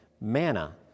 manna